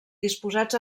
disposats